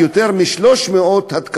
עלייה של יותר מ-300 תקיפות,